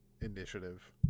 initiative